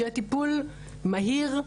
שיהיה טיפול מהיר,